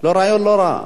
רעיון לא רע.